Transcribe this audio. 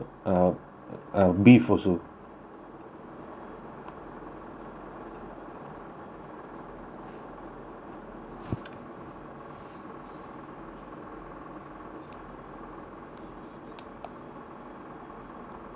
uh beef also